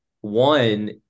one